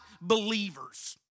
believers